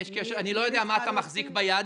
אני לא יודע מה אתה מחזיק ביד,